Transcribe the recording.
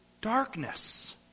darkness